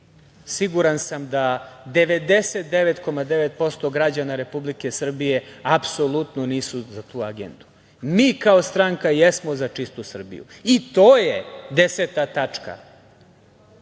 siguran sam da 99,9% građana Republike Srbije apsolutno nisu za tu agendu. Mi kao stranka jesmo za čistu Srbiju i to je 10. tačka.